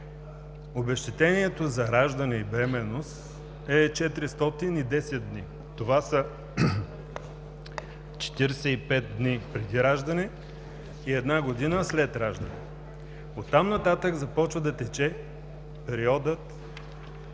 Обезщетението за раждане и бременност е 410 дни. Това са 45 дни преди раждане и една година след раждане. Оттам нататък започва да тече периодът